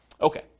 Okay